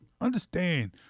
understand